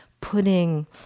putting